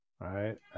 Right